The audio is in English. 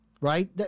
right